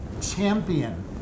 champion